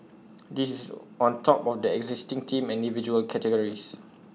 this is on top of the existing team and individual categories